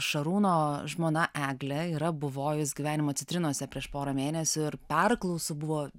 šarūno žmona eglė yra buvojus gyvenimo citrinose prieš porą mėnesių ir perklausų buvo